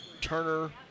Turner